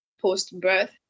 post-birth